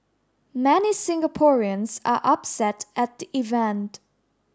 many Singaporeans are upset at the event